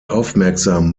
aufmerksam